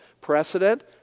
Precedent